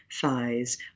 thighs